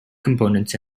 components